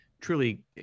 truly